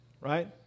right